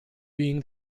being